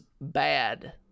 bad